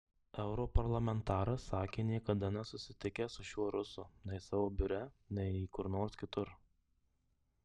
europarlamentaras sakė niekada nesusitikęs su šiuo rusu nei savo biure nei kur nors kitur